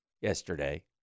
yesterday